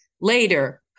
later